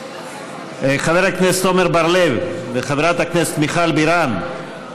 חבר הכנסת עמר בר-לב וחברת הכנסת מיכל בירן.